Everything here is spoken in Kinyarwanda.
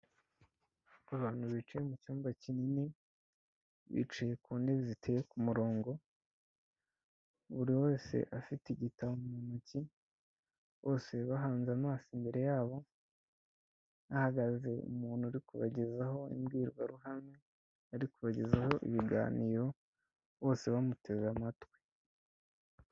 Abantu bicaye mucyumba kinini, bicaye ku ntebe ziteye ku murongo buri wese afite igitabo mu ntoki bose bahanze amaso imbere yabo ahagaraze umuntu uri kubagezaho imbwirwaruhame ariko kubagezaho ibiganiro bose bamuteze amatwi.